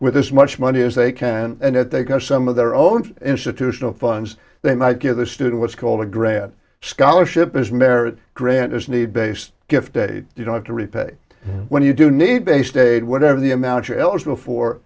with this much money as they can and at they've got some of their own institutional funds they might give the student what's called a grant scholarship is merit grant is need based gift aid you don't have to repay when you do need based aid whatever the amount you're eligible for